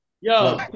Yo